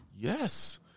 Yes